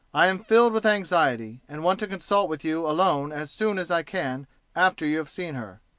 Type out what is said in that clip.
i am filled with anxiety, and want to consult with you alone as soon as i can after you have seen her.